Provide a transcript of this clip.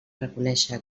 reconèixer